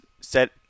set